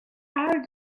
are